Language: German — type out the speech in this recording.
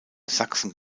sachsen